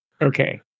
Okay